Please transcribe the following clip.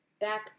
back